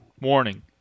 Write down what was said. Warning